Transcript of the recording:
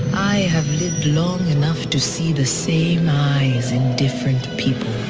i have enough to see the same eyes and different people.